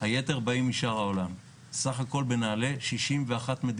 היתר באים משאר העולם, סך הכול 61 מדינות.